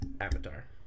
Avatar